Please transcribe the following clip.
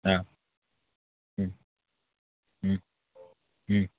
অ'